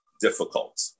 difficult